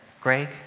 Greg